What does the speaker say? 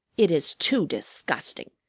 it is too disgusting!